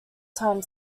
time